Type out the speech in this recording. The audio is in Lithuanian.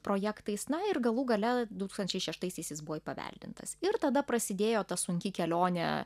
projektais na ir galų gale du tūkstančiai šeštaisiais jis buvo įpaveldintas ir tada prasidėjo ta sunki kelionė